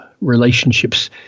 relationships